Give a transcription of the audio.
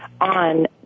on